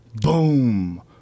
boom